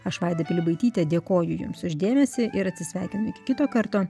aš vaida pilibaitytė dėkoju jums už dėmesį ir atsisveikinu iki kito karto